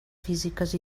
físiques